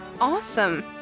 Awesome